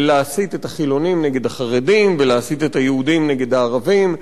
של להסית את החילונים נגד החרדים ולהסית את היהודים נגד הערבים,